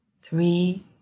three